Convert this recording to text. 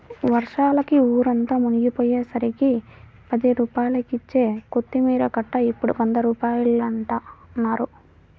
వర్షాలకి ఊరంతా మునిగిపొయ్యేసరికి పది రూపాయలకిచ్చే కొత్తిమీర కట్ట ఇప్పుడు వంద రూపాయలంటన్నారు